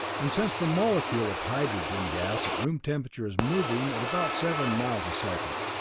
and since the molecule of hydrogen gas at room temperature is moving at about seven miles a second,